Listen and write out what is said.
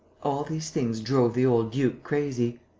all these things drove the old duke crazy.